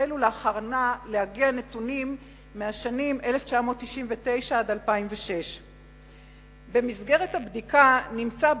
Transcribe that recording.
לאחרונה החלו להגיע נתונים מהשנים 1999 2006. במסגרת הבדיקה נמצא,